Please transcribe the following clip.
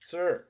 Sir